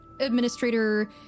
Administrator